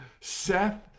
Seth